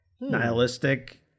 nihilistic